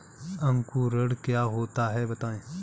अंकुरण क्या होता है बताएँ?